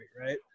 right